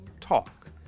talk